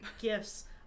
Gifts